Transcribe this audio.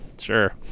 sure